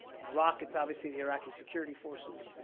in iraq, it's obviously the iraqi security forces